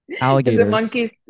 Alligators